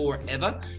forever